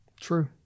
True